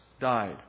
died